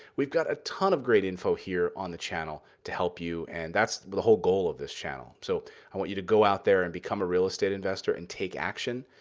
we've got a ton of great info here on the channel to help you, and that's the whole goal of this channel. so i want you to go out there and become a real estate investor, and take action.